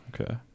Okay